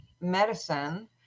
medicine